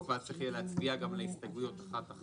ואז יהיה צריך להצביע גם על ההסתייגויות אחת-אחת.